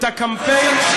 את הקמפיין,